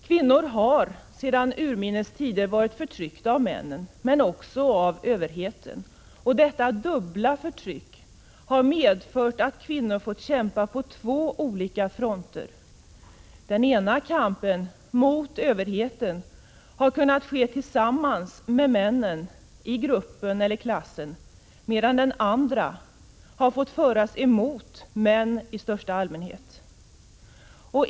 Kvinnor har sedan urminnes tider varit förtryckta av männen, men också av överheten. Detta dubbla förtryck har medfört att kvinnor fått kämpa på två olika fronter. Kampen mot överheten har kunnat ske tillsammans med männen i gruppen eller klassen, medan den andra kampen har fått föras emot män i största allmänhet.